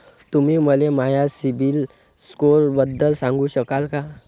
तुम्ही मले माया सीबील स्कोअरबद्दल सांगू शकाल का?